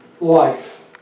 life